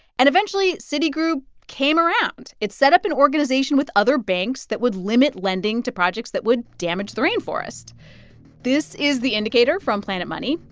and eventually, citigroup came around. it set up an organization with other banks that would limit lending to projects that would damage the rainforest this is the indicator from planet money.